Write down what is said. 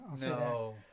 No